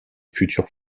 futurs